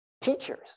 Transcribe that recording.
teachers